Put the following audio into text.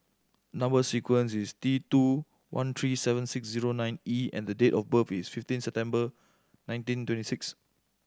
number sequence is T two one three seven six zero nine E and date of birth is fifteen September nineteen twenty six